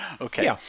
okay